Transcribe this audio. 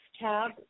tab